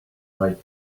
night